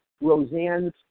Roseanne's